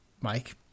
Mike